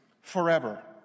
forever